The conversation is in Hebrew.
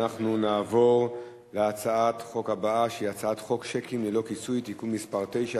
אנחנו נעבור להצעת החוק הבאה: הצעת חוק שיקים ללא כיסוי (תיקון מס' 9),